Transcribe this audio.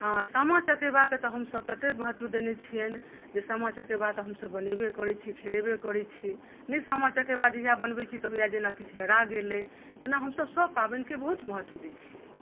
हाँ सामा चकेवाकेँ तऽ हमसब ततेक महत्त्व देने छियनि जे सामा चकेवा तऽ हमसब बनेबे करै छी खेलेबे करै छियै नहि सामा चकेवा जहिया बनबै छी तऽ होइया जेना किछु हेरा गेल अछि तेना हमसब सब पाबनिकेँ बहुत महत्त्व दै छियै